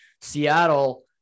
Seattle